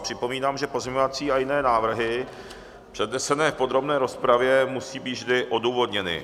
Připomínám, že pozměňovací a jiné návrhy přednesené v podrobné rozpravě musí být vždy odůvodněny.